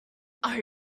are